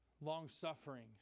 Long-suffering